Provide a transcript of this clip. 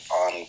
on